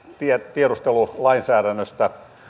tiedustelulainsäädännöstä